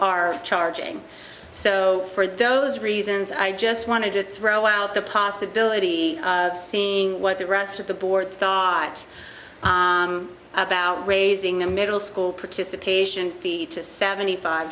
are charging so for those reasons i just wanted to throw out the possibility of seeing what the rest of the board about raising a middle school participation fee to seventy five